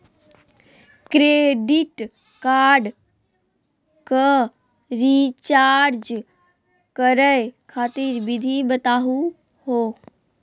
Credit card क recharge करै खातिर विधि बताहु हो?